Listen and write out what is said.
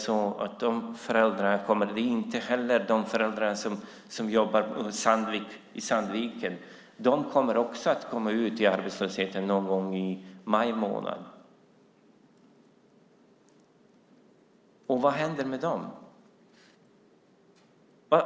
Också de föräldrar som jobbar på Sandvik i Sandviken kommer att komma ut i arbetslöshet, någon gång i maj månad. Och vad händer med dem?